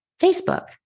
Facebook